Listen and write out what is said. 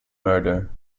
murder